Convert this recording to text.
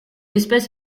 espèce